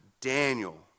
Daniel